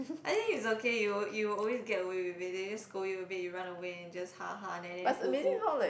I think it's okay you will you will always get away with it they'll just scold you a bit you run away and just ha ha nanny nanny poo poo